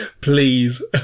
please